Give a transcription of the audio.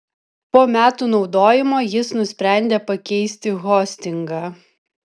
po metų naudojimo jis nusprendė pakeisti hostingą